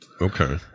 Okay